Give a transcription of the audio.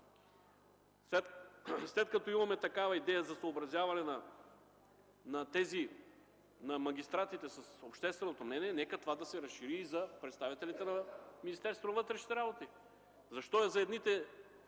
След като имаме такава идея за съобразяване на магистратите с общественото мнение, нека това да се разшири за представителите и на Министерството на вътрешните работи. Защо за едните